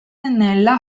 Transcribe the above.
nella